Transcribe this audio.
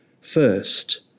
first